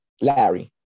Larry